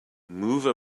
move